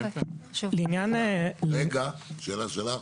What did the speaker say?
שאלה שלך?